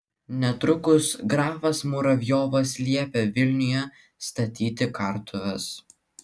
netrukus grafas muravjovas liepė vilniuje statyti kartuves